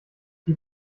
die